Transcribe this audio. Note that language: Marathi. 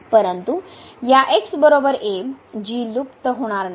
परंतु या g लुप्त होणार नाही